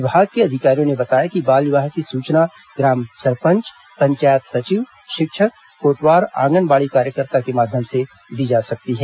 विभाग के अधिकारियों ने बताया कि बाल विवाह की सूचना ग्राम सरपंच पंचायत सचिव शिक्षक कोटवार आंगनबाड़ी कार्यकर्ता के माध्यम से दी जा सकती है